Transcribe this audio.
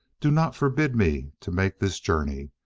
do not forbid me to make this journey,